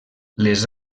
les